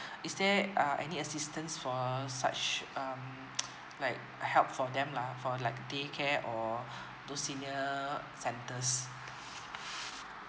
is there uh any assistance for a such um like help for them lah for like daycare or those senior centres